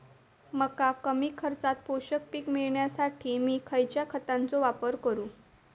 मका कमी खर्चात पोषक पीक मिळण्यासाठी मी खैयच्या खतांचो वापर करू?